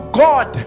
god